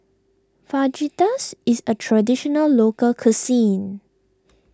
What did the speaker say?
Fajitas is a Traditional Local Cuisine